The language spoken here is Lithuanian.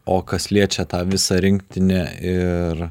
o kas liečia tą visą rinktinę ir